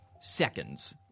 seconds